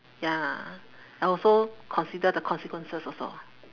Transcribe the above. ya I also consider the consequences also